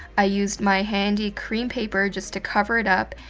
i used my handy, cream paper just to cover it up.